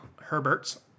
Herberts